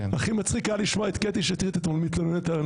הכי מצחיק היה לשמוע את קטי שטרית אתמול מתלוננת על כך.